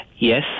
Yes